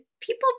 people